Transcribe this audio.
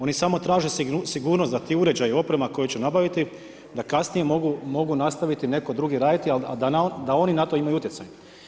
Oni samo traže sigurnost da ti uređaji, oprema koju će nabaviti, da kasnije mogu, mogu nastaviti netko drugi raditi, a da oni, na to imaju utjecaj.